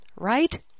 right